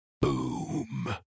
Boom